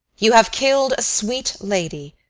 you have killed a sweet lady,